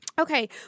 Okay